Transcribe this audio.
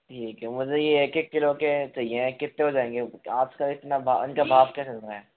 ठीक है मुझे ये एक एक किलो के चाहिए कितने हो जाएंगे आपका इतना इनका भाव क्या चल रहा है